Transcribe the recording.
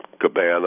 cabana